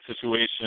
situation